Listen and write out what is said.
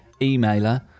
emailer